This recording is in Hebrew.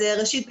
ראשית,